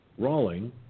Rawling